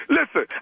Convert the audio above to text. Listen